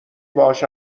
باهاش